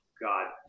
God